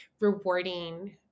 rewarding